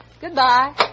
Goodbye